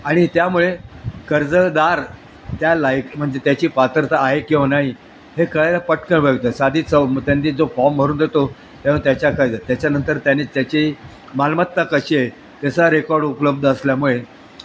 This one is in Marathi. आणि त्यामुळे कर्जदार त्या लायक म्हणजे त्याची पात्रता आहे किंवा नाही हे कळायला साधी त्यांनी जो फॉर्म भरून देतो त्याच्या त्याच्यानंतर त्याने त्याची मालमत्ता कशी आहे त्याचा रेकॉर्ड उपलब्ध असल्यामुळे